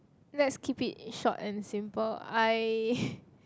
let's keep it short and simple I